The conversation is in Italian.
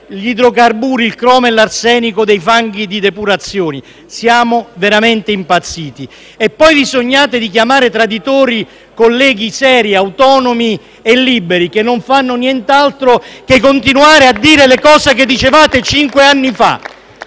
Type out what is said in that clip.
gli idrocarburi, il cromo e l’arsenico dei fanghi di depurazione. Siamo veramente impazziti! E poi vi permettete di chiamare traditori colleghi seri, autonomi e liberi, che non fanno nient’altro che continuare a dire le cose che dicevate cinque anni fa!